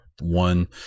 One